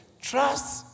Trust